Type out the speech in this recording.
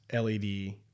LED